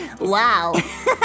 Wow